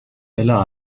الا